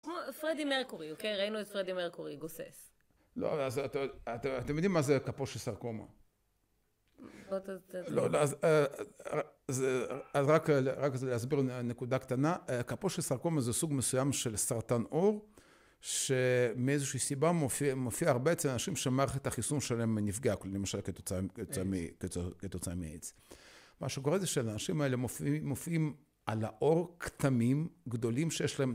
כמו פרדי מרקורי, אוקי? ראינו את פרדי מרקורי, גוסס. לא, אז אתם יודעים מה זה Kaposi's Sarcoma. לא, תס... לא, אז... אז רק כדי להסביר נקודה קטנה, Kaposi's Sarcoma זה סוג מסוים של סרטן עור, שמאיזושהי סיבה מופיע הרבה אצל האנשים שמערכת החיסון שלהם נפגעה, למשל, כתוצאה מאיידס. מה שקורה זה שלאנשים האלה מופיעים על העור כתמים גדולים שיש להם...